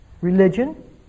religion